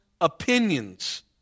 opinions